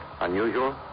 unusual